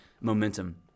momentum